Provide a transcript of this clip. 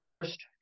first